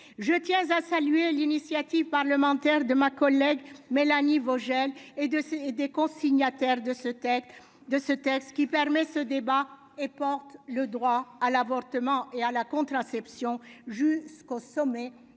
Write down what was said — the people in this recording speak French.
je tiens à saluer l'initiative parlementaire de ma collègue Mélanie Vogel et de des cons, signataires de ce texte de ce texte qui permet ce débat et porte le droit à l'avortement et à la contraception jusqu'au sommet